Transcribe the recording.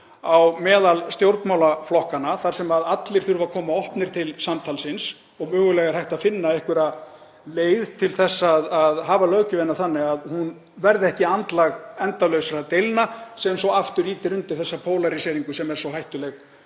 á meðal stjórnmálaflokkanna þar sem allir þurfa að koma opnir til samtalsins. Mögulega er hægt að finna einhverja leið til að hafa löggjöfina þannig að hún verði ekki andlag endalausra deilna sem svo aftur ýtir undir þessa pólaríseringu sem er svo hættuleg